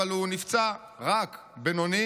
הוא נפצע "רק" בינוני